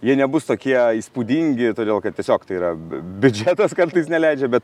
jie nebus tokie įspūdingi todėl kad tiesiog tai yra biudžetas kartais neleidžia bet